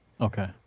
Okay